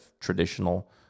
traditional